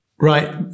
Right